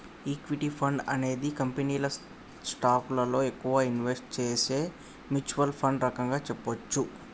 equity fund అనేది కంపెనీల స్టాకులలో ఎక్కువగా ఇన్వెస్ట్ చేసే మ్యూచ్వల్ ఫండ్ రకంగా చెప్పచ్చు